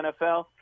NFL